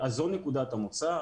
זו נקודת המוצא,